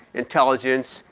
intelligence,